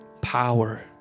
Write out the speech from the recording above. power